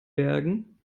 bergen